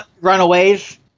Runaways